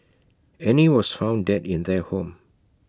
Annie was found dead in their home